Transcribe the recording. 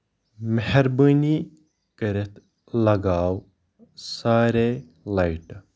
مہربٲنی کٔرِتھ لَگاو سارے لایٹہٕ